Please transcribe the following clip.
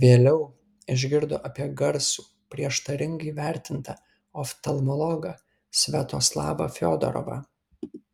vėliau išgirdo apie garsų prieštaringai vertintą oftalmologą sviatoslavą fiodorovą